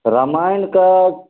तऽ रमायणके